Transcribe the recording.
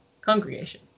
Congregation